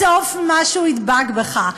בסוף משהו ידבק בך.